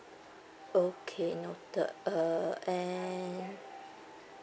okay noted uh and